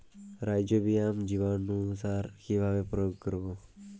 Rhizobium জীবানুসার কিভাবে প্রয়োগ করব?